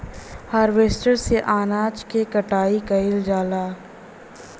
harvester से अनाज के कटाई कइल जाला